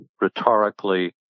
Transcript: rhetorically